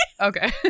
Okay